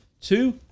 Two